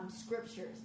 Scriptures